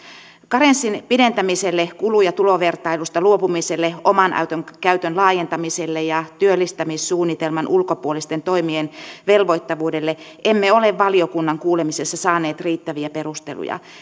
karenssin pidentämiselle kulu ja tulovertailusta luopumiselle oman auton käytön laajentamiselle ja työllistämissuunnitelman ulkopuolisten toimien velvoittavuudelle emme ole valiokunnan kuulemisessa saaneet riittäviä perusteluja